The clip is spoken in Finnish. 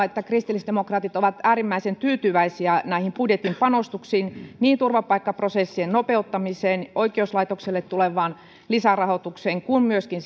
että kristillisdemokraatit ovat äärimmäisen tyytyväisiä näihin budjetin panostuksiin niin turvapaikkaprosessien nopeuttamiseen oikeuslaitokselle tulevaan lisärahoitukseen kuin myöskin